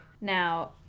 now